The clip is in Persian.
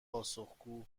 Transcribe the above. پاسخگو